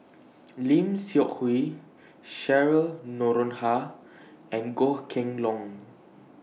Lim Seok Hui Cheryl Noronha and Goh Kheng Long